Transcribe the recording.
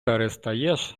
перестаєш